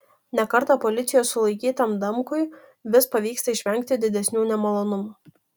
ne kartą policijos sulaikytam damkui vis pavyksta išvengti didesnių nemalonumų